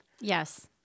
Yes